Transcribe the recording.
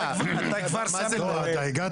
אה אז אתה --- אתה כבר שם את --- לא,